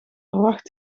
verwacht